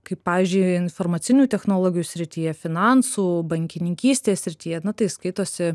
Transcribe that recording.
kaip pavyzdžiui informacinių technologijų srityje finansų bankininkystės srityje na tai skaitosi